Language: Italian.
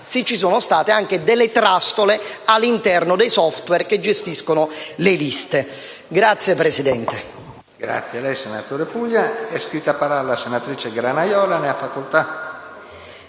se ci sono state anche delle *trastole* all'interno dei *software* che gestiscono le liste. **Mozioni,